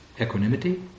equanimity